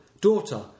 Daughter